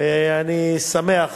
אני שמח